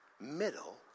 middle